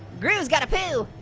gru's gotta poo.